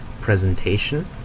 presentation